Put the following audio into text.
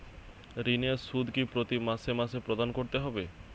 ঋণের সুদ কি প্রতি মাসে মাসে প্রদান করতে হবে?